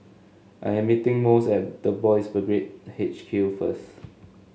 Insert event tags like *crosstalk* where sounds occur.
I am meeting *unintelligible* at the Boys' Brigade H Q first